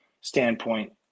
standpoint